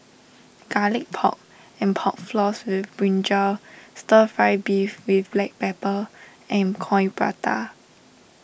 Garlic Pork and Pork Floss with Brinjal Stir Fry Beef with Black Pepper and Coin Prata